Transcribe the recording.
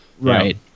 right